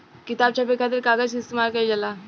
किताब छापे खातिर कागज के इस्तेमाल कईल जाला